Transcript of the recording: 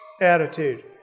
attitude